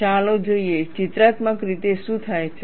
ચાલો જોઈએ ચિત્રાત્મક રીતે શું થાય છે